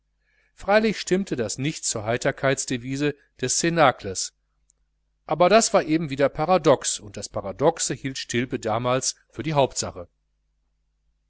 freilich stimmte das nicht zur heiterkeitsdevise des cnacles aber eben das war wieder paradox und das paradoxe hielt stilpe damals für die hauptsache